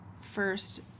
first